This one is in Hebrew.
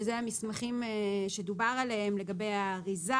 שאלה מסמכים שדובר עליהם לגבי האריזה